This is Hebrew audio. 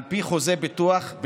על פי חוזה ביטוח,